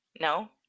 no